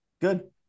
Good